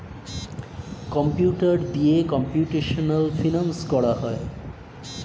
computer দিয়ে computational finance করা হয়